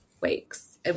weeks